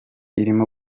irimo